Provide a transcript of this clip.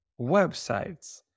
websites